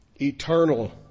Eternal